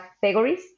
categories